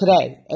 today